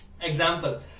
example